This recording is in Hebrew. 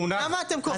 למה אתם קוראים לה רעה?